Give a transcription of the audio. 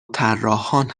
طراحان